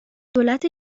دولت